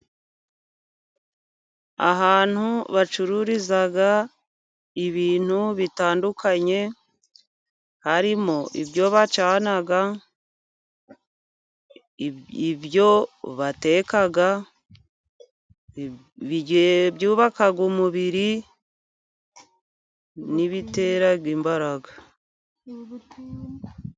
Ahantu bacururiza ibintu bitandukanye harimo ibyo bacana, ibyo bateka byubaka umubiri n'ibitera imbaraga